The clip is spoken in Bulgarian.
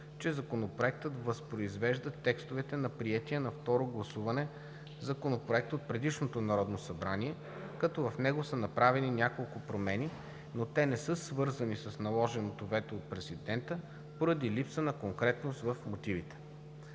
че Законопроектът възпроизвежда текстовете на приетия на второ гласуване Законопроект от предишното Народно събрание, като в него са направени няколко промени, но те не са свързани с наложеното вето от президента поради липса на конкретност в мотивите.